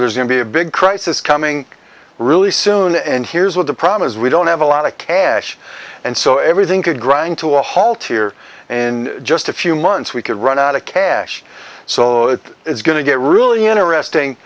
there's going to be a big crisis coming really soon and here's what the problem is we don't have a lot of cash and so everything could grind to a halt here in just a few months we could run out of cash so it is going to get really interesting